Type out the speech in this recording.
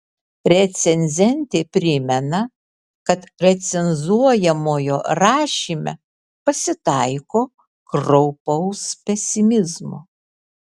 recenzentė primena kad recenzuojamojo rašyme pasitaiko kraupaus pesimizmo